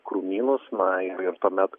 krūmynus na ir ir tuomet